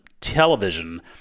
television